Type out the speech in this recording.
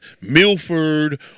Milford